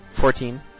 Fourteen